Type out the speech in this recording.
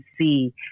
see